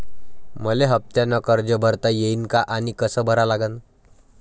मले हफ्त्यानं कर्ज भरता येईन का आनी कस भरा लागन?